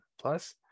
plus